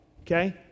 okay